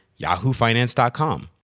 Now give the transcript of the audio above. yahoofinance.com